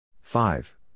five